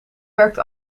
werkt